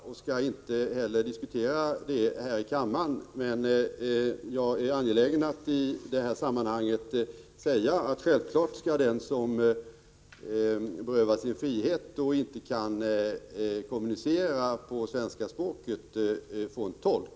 Herr talman! Varken Kenth Skårvik eller jag vet vad som egentligen hände i Solna och skall inte heller diskutera det här i kammaren. Men jag är angelägen att i det här sammanhanget säga att självklart skall den som berövas sin frihet och inte kan kommunicera på svenska språket få en tolk.